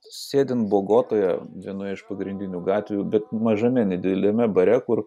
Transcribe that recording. sėdint bogotoje vienoje iš pagrindinių gatvių bet mažame nedideliame bare kur